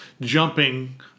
jumping